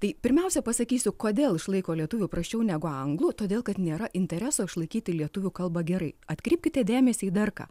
tai pirmiausia pasakysiu kodėl išlaiko lietuvių prasčiau negu anglų todėl kad nėra intereso išlaikyti lietuvių kalbą gerai atkreipkite dėmesį į dar ką